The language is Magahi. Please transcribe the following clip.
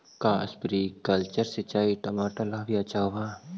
का स्प्रिंकलर सिंचाई टमाटर ला अच्छा होव हई?